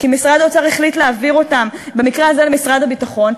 כי משרד האוצר החליט להעביר אותם במקרה הזה למשרד הביטחון,